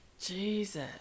Jesus